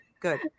good